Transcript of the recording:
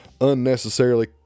unnecessarily